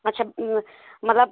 अच्छा मतलब